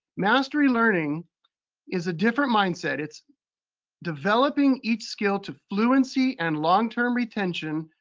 mastery learning is a different mindset. it's developing each skill to fluency and long-term retention,